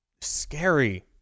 scary